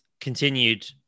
continued